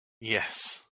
yes